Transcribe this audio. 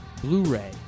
Blu-ray